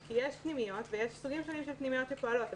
יש סוגים שונים של פנימיות שפועלות.